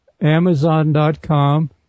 Amazon.com